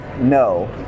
no